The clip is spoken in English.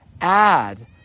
add